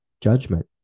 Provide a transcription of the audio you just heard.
judgment